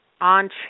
on